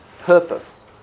purpose